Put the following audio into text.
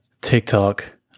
TikTok